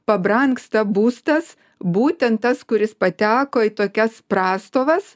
pabrangsta būstas būtent tas kuris pateko į tokias prastovas